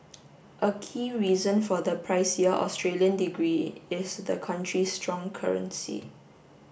a key reason for the pricier Australian degree is the country's strong currency